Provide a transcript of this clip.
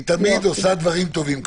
היא תמיד עושה דברים טובים,